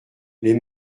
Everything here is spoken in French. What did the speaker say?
les